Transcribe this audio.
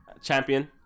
Champion